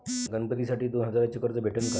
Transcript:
गणपतीसाठी दोन हजाराचे कर्ज भेटन का?